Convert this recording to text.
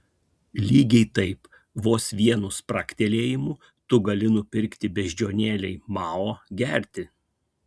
lygiai taip vos vienu spragtelėjimu tu gali nupirkti beždžionėlei mao gerti